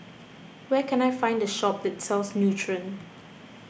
where can I find a shop that sells Nutren